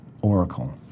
oracle